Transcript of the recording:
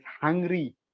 hungry